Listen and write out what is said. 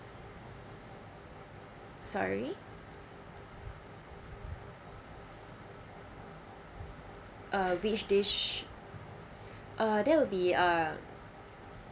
sorry uh which dish uh that will be uh